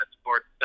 sports